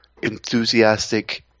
enthusiastic